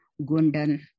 Gundan